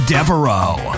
Devereaux